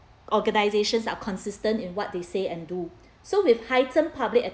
organisations are consistent in what they say and do so with heightened public